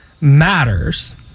Matters